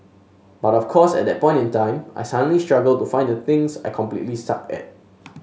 but of course at that point in time suddenly I struggle to find the things I completely suck at